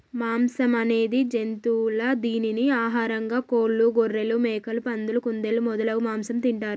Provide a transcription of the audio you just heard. మాంసం అనేది జంతువుల దీనిని ఆహారంగా కోళ్లు, గొఱ్ఱెలు, మేకలు, పందులు, కుందేళ్లు మొదలగు మాంసం తింటారు